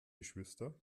geschwister